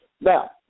Now